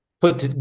put